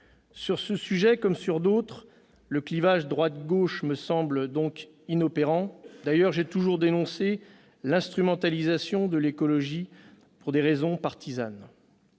Sur ce sujet, comme sur d'autres, le clivage droite-gauche me semble inopérant. J'ai d'ailleurs toujours dénoncé l'instrumentalisation de l'écologie pour des raisons partisanes.